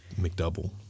McDouble